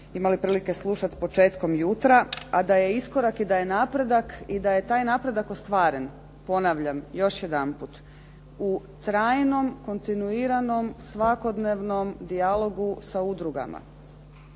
imali prilike slušati početkom jutra, a da je iskorak i da je napredak i da je taj napredak ostvaren, ponavljam još jedanput. U trajnom kontinuiranom svakodnevnom dijalogu sa udrugama,